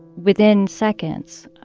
within seconds